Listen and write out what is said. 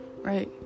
right